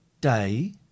day